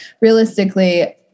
realistically